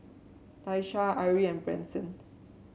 Daisha Arie and Branson